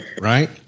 Right